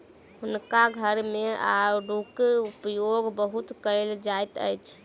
हुनका घर मे आड़ूक उपयोग बहुत कयल जाइत अछि